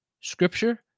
Scripture